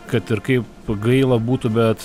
kad ir kaip gaila būtų bet